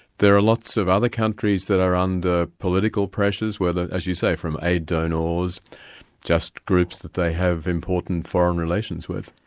there are lots of other countries that are under political pressures, whether, as you say, from aid donors, or just groups that they have important foreign relations with.